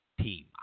team